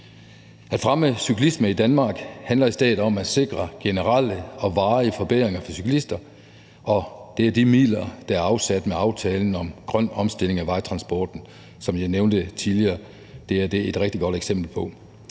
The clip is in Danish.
At fremme cyklismen i Danmark handler i stedet om at sikre generelle og varige forbedringer for cyklister, og det er de midler, der er afsat med aftalen om grøn omstilling af vejtransporten, som jeg nævnte tidligere. Det er det et rigtig godt eksempel på.